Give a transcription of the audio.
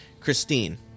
Christine